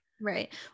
Right